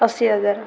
ଅଶୀ ହଜାର